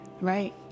Right